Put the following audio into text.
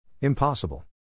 Impossible